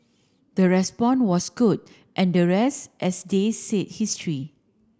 the respond was good and the rest as they say history